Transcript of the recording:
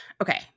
okay